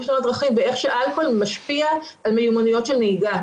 בתאונות דרכים ואיך שהאלכוהול משפיע על מיומנויות של נהיגה.